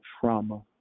trauma